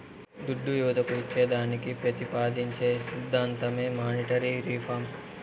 దుడ్డు యువతకు ఇచ్చేదానికి పెతిపాదించే సిద్ధాంతమే మానీటరీ రిఫార్మ్